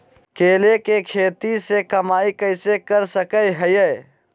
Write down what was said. केले के खेती से कमाई कैसे कर सकय हयय?